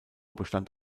bestand